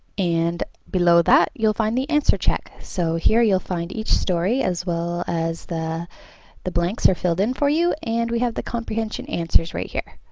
and below that you'll find the answer check. so here you'll find each story as well as the the blanks are filled in for you and we have the comprehension answers right here.